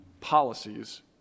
policies